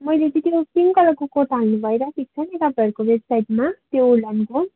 मैले चाहिँ त्यो पिङ्क कलरको कोट हाल्नु भइराखेको छ नि तपाईँहरूको वेबसाइटमा त्यो उलनको